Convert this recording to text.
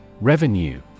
revenue